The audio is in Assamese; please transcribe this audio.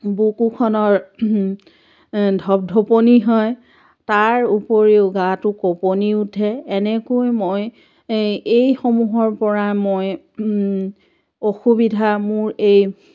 বুকুখনৰ ধপধপনি হয় তাৰ উপৰিও গাটো কপনি উঠে এনেকৈ মই এইসমূহৰ পৰা মই অসুবিধা মোৰ এই